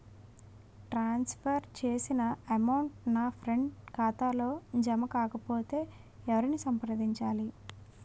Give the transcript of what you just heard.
ట్రాన్స్ for చేసిన amount నా friend ఖాతాలో జమ కాకపొతే ఎవరిని సంప్రదించాలి?